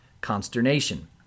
consternation